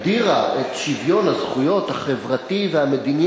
הגדירה את שוויון הזכויות החברתי והמדיני